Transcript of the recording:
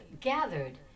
gathered